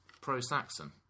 pro-Saxon